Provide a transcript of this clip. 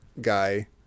guy